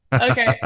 Okay